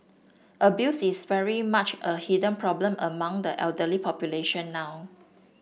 abuse is very much a hidden problem among the elderly population now